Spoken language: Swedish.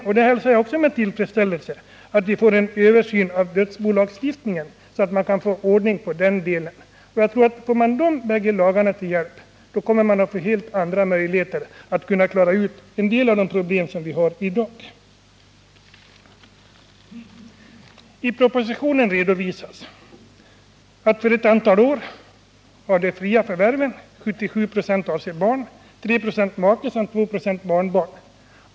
Vidare hälsar jag med tillfredsställelse att vi får en översyn av dödsbolagstiftningen, så att man kan få ordning på detta område. Får man de nämnda två lagarna till hjälp, har man helt andra möjligheter att klara vissa av dagens problem. I propositionen redovisas att av de ”fria” förvärven — och det gäller här ett antal år — 77 96 avser barn, 3 96 make och 2 96 barnbarn.